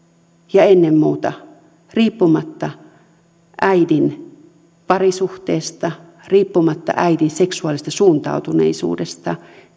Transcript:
ja ennen muuta riippumatta äidin parisuhteesta riippumatta äidin seksuaalisesta suuntautuneisuudesta